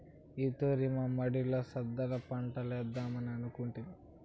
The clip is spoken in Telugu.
ఈ తూరి మా మడిలో ఉద్దాన పంటలేద్దామని అనుకొంటిమి